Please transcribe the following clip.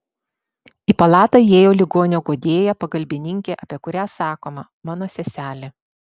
į palatą įėjo ligonio guodėja pagalbininkė apie kurią sakoma mano seselė